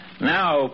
Now